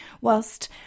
whilst